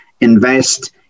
invest